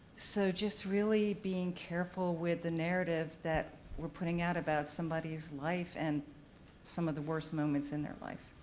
so, just really being careful with the narrative that we're putting out about somebody's life and some of the worst moments in their life.